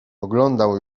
oglądał